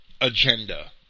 agenda